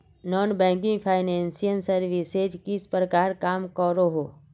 Non banking financial services किस प्रकार काम करोहो?